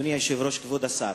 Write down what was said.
אדוני היושב-ראש, כבוד השר,